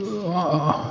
asiaa